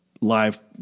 live